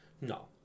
No